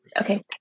Okay